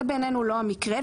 זה בעינינו לא המקרה.